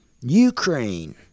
Ukraine